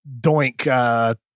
doink